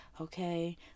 okay